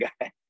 guy